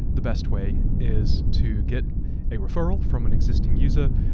the best way is to get a referral from an existing user.